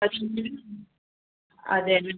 അതെ അങ്ങനെ ആണോ അതെ